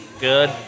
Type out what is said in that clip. good